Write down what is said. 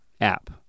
app